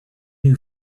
new